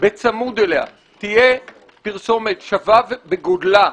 בצמוד אליה תהיה פרסומת שווה בגודלה,